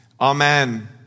Amen